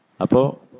Apo